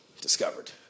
discovered